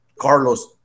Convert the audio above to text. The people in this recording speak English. Carlos